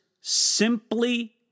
simply